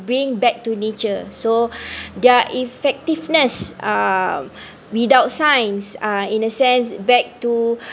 bring back to nature so their effectiveness um without science uh in a sense back to